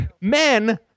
men